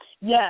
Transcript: Yes